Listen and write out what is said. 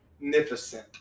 magnificent